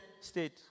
State